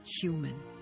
human